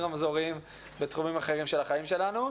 רמזורים בתחומים אחרים של החיים שלנו.